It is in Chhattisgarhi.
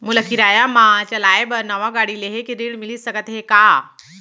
मोला किराया मा चलाए बर नवा गाड़ी लेहे के ऋण मिलिस सकत हे का?